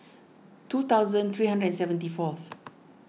two thousand three hundred and seventy fourth